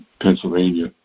Pennsylvania